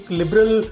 liberal